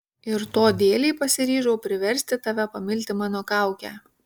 ir to dėlei pasiryžau priversti tave pamilti mano kaukę